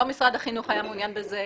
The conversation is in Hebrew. ולא משרד החינוך היה מעוניין בזה,